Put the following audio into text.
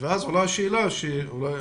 ואז עולה השאלה, שאולי